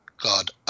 God